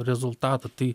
rezultatą tai